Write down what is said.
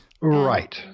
Right